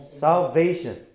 salvation